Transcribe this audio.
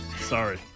Sorry